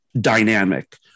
dynamic